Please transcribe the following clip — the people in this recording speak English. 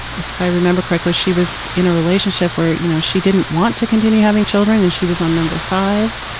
if i remember correctly, she was in a relationship where, you know, she didn't want to continue having children and she was on number five.